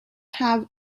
have